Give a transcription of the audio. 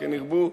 כן ירבו: